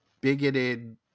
bigoted